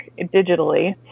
digitally